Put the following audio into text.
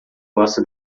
gosta